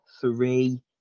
three